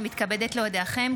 אני מתכבדת להודיעכם,